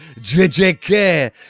JJK